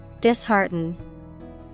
Dishearten